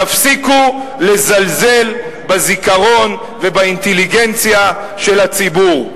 תפסיקו לזלזל בזיכרון ובאינטליגנציה של הציבור.